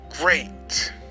great